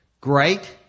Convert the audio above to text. great